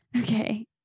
Okay